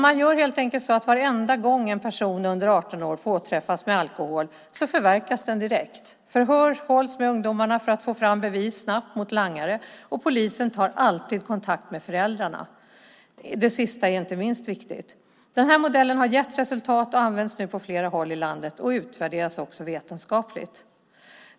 Man gör helt enkelt så att varenda gång en person under 18 år påträffas med alkohol förverkas den direkt. Förhör hålls med ungdomarna för att få fram bevis mot langare snabbt. Polisen tar alltid kontakt med föräldrarna. Det sista är inte minst viktigt. Den här modellen har gett resultat och används nu på flera håll i landet. Den utvärderas också vetenskapligt.